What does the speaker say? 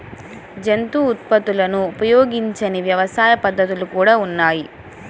జంతు ఉత్పత్తులను ఉపయోగించని వ్యవసాయ పద్ధతులు కూడా ఉన్నాయి